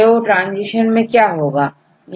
तो ट्रांजीशन में क्या होगा